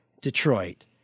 Detroit